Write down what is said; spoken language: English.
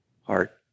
heart